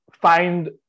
find